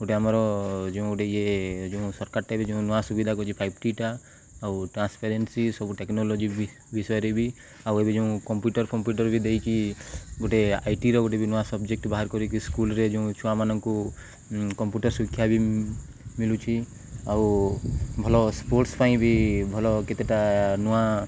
ଗୋଟେ ଆମର ଯେଉଁ ଗୋଟେ ଇଏ ଯେଉଁ ସରକାରଟେ ବି ଯେଉଁ ନୂଆ ସୁବିଧା କରୁଛି ଫାଇପ୍ ଟି ଟା ଆଉ ଟ୍ରାନ୍ସପରେନ୍ସି ସବୁ ଟେକ୍ନୋଲୋଜି ବି ବିଷୟରେ ବି ଆଉ ଏବେ ଯେଉଁ କମ୍ପ୍ୟୁଟର୍ ଫମ୍ପୁଟର୍ ବି ଦେଇଛି ଗୋଟେ ଆଇଟିର ଗୋଟେ ବି ନୂଆ ସବଜେକ୍ଟ ବାହାର କରିକି ସ୍କୁଲ୍ରେ ଯେଉଁ ଛୁଆମାନଙ୍କୁ କମ୍ପ୍ୟୁଟର୍ ଶିକ୍ଷା ବି ମିଳୁଛି ଆଉ ଭଲ ସ୍ପୋର୍ଟସ୍ ପାଇଁ ବି ଭଲ କେତେଟା ନୂଆ